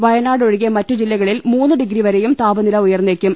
വയനാട് ഒഴികെ മറ്റു ജില്ലകളിൽ മൂന്നു ഡിഗ്രിവരെയും താപനില ഉയർന്നേക്കും